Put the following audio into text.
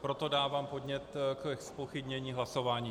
Proto dávám podnět ke zpochybnění hlasování.